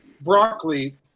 broccoli